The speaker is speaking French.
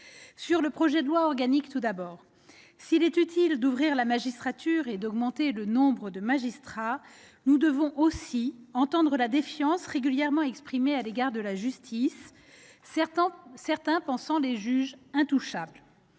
le projet de loi organique. S'il est utile d'ouvrir la magistrature et d'augmenter le nombre de magistrats, nous devons aussi entendre la défiance régulièrement exprimée à l'égard de la justice, certains pensant les juges intouchables.